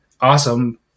awesome